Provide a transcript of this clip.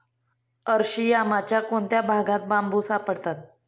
अरशियामाच्या कोणत्या भागात बांबू सापडतात?